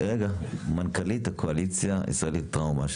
רגע, מנכ"לית הקואליציה הישראלית לטראומה.